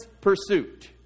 pursuit